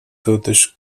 totuși